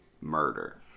murder